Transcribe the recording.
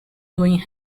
doing